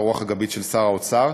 על הרוח הגבית של שר האוצר.